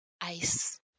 ice